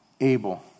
Abel